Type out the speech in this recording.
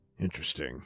Interesting